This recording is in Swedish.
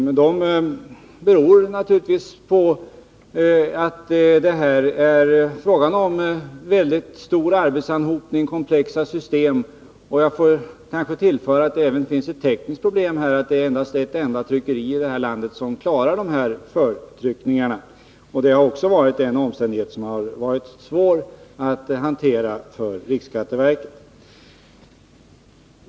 Men de förseningarna beror naturligtvis på att det är fråga om väldig arbetsanhopning och komplexa system, och jag får kanske tillägga att det även finns ett tekniskt problem här genom att det bara är ett enda tryckeri i landet som klarar dessa förtryckningar. Också det har varit en omständighet som har varit svår att hantera för riksskatteverket.